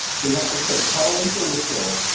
so you have to show tolerance or withdrawal,